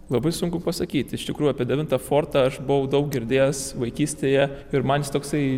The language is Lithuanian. labai sunku pasakyti iš tikrųjų apie devintą fortą aš buvau daug girdėjęs vaikystėje ir man jis toksai